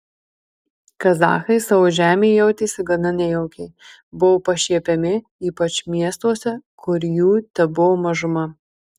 kazachai savo žemėje jautėsi gana nejaukiai buvo pašiepiami ypač miestuose kur jų tebuvo mažuma